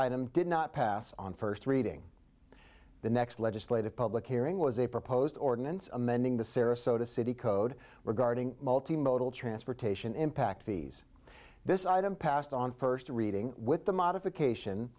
item did not pass on first reading the next legislative public hearing was a proposed ordinance amending the sarasota city code regarding multi modal transportation impact fees this item passed on first reading with the modification